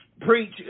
preach